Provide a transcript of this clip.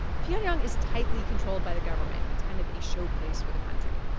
pyongyang is tightly controlled by the government. it's kind of a showplace for the country.